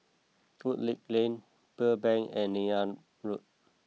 Woodleigh Lane Pearl Bank and Neythal Road